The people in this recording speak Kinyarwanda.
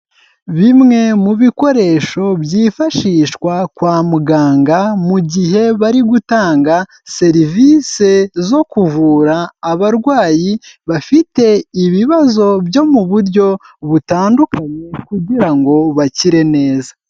Bimwe mu bikoresho, byifashishwa kwa muganga, mu gihe bari gutanga serivise, zo kuvura abarwayi, bafite ibibazo byo mu buryo butandukanye, kugira ngo bakire neza.